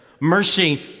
Mercy